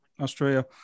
Australia